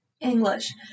English